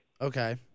Okay